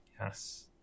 Yes